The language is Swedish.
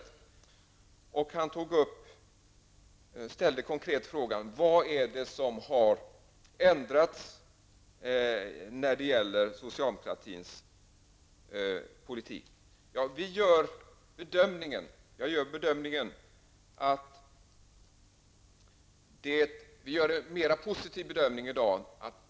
Han ställde en konkret fråga: Vad är det som har ändrats när det gäller socialdemokratins politik? Jag gör en mera positiv bedömning i dag.